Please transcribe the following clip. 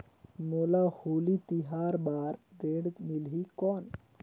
मोला होली तिहार बार ऋण मिलही कौन?